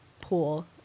pool